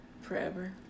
Forever